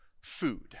food